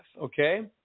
okay